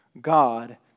God